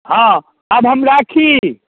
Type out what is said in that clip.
हँ आब हम राखी